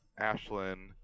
Ashlyn